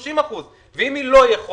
או 30%. ואם היא לא יכולה